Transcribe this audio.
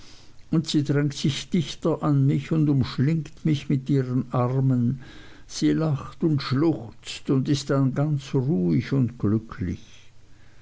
und sie drängt sich dichter an mich und umschlingt mich mit ihren armen sie lacht und schluchzt und ist dann ruhig und ganz glücklich